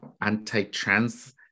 anti-trans